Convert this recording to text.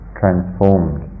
transformed